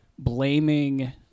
blaming